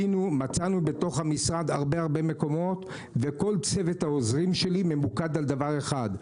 מצאנו בתוך המשרד הרבה מקומות וכל צוות העוזרים שלי ממוקד על דבר אחד,